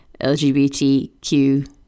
LGBTQ